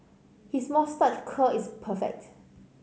his moustache curl is perfect